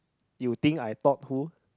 you think I thought who